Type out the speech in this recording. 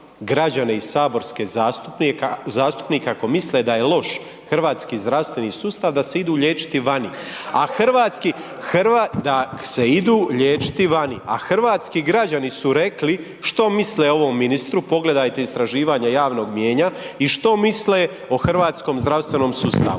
hrvatski, hrvatski, …/Upadica iz klupe se ne čuje/… da se idu liječiti vani, a hrvatski građani su rekli što misle o ovom ministru, pogledajte istraživanja javnog mijenja i što misle o hrvatskom zdravstvenom sustavu,